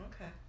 okay